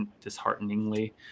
dishearteningly